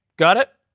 got it?